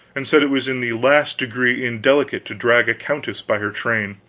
and said it was in the last degree indelicate to drag a countess by her train.